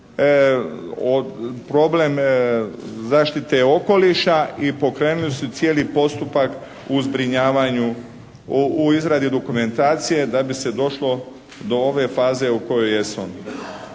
problem zaštite okoliša i pokrenuli su cijeli postupak u zbrinjavanju, u izradi dokumentacije da bi se došlo do ove faze u kojoj jesmo.